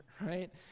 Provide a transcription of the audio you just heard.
right